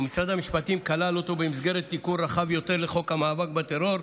ומשרד המשפטים כלל אותו במסגרת תיקון רחב יותר בחוק המאבק בטרור.